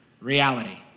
reality